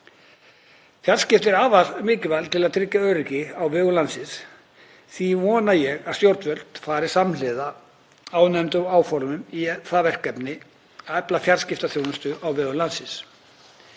Fjarskipti eru afar mikilvæg til að tryggja öryggi á vegum landsins. Því vona ég að stjórnvöld fari samhliða áðurnefndum áformum í það verkefni að efla fjarskiptaþjónustu á vegum landsins.